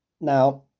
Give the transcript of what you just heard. now